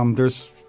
um there's.